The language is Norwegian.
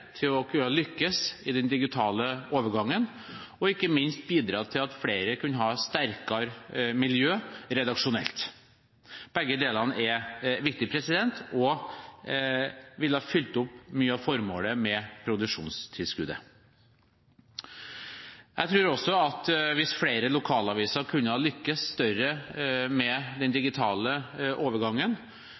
i den digitale overgangen og ikke minst bidra til at flere kunne hatt et sterkere redaksjonelt miljø. Begge deler er viktig og ville ha oppfylt mye av formålet med produksjonstilskuddet. Jeg tror også at hvis flere lokalaviser kunne ha lyktes mer med den digitale overgangen,